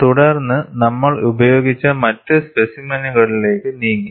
തുടർന്ന് നമ്മൾ ഉപയോഗിച്ച മറ്റ് സ്പെസിമെനുകളിലേക്ക് നീങ്ങി